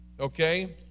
Okay